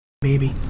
baby